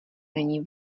není